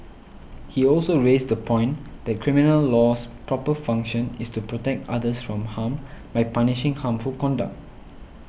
he also raised the point that criminal law's proper function is to protect others from harm by punishing harmful conduct